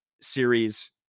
series